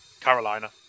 Carolina